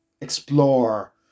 explore